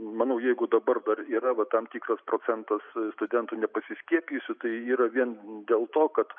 manau jeigu dabar dar yra va tam tikras procentas studentų nepasiskiepijusių tai yra vien dėl to kad